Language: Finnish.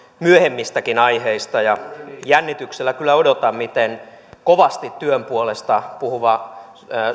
myöhemmistäkin aiheista ja jännityksellä kyllä odotan kun kovasti työn puolesta puhuva